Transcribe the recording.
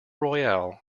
royale